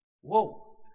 whoa